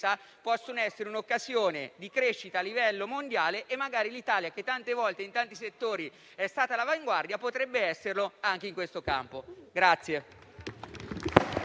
possono essere un'occasione di crescita a livello mondiale. L'Italia, che tante volte in molti settori è stata all'avanguardia, potrebbe esserlo anche in questo campo.